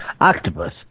Octopus